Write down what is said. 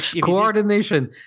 Coordination